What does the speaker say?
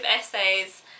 essays